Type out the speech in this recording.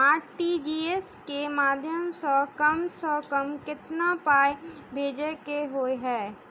RTGS केँ माध्यम सँ कम सऽ कम केतना पाय भेजे केँ होइ हय?